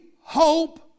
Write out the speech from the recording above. hope